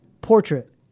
Portrait